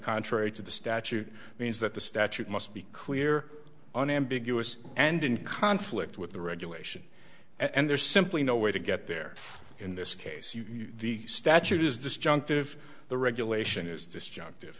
contrary to the statute means that the statute must be clear unambiguous and in conflict with the regulation and there's simply no way to get there in this case you the statute is disjunctive the regulation is disjunctive